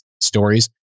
stories